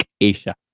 Asia